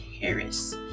Harris